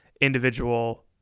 individual